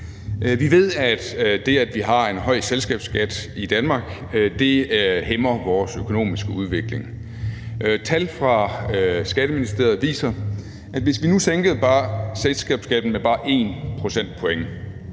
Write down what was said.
Vi ved, at det, at vi har en høj selskabsskat i Danmark, hæmmer vores økonomiske udvikling. Tal fra Skatteministeriet viser, at hvis vi nu sænkede selskabsskatten med bare 1 procentpoint